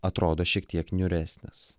atrodo šiek tiek niūresnis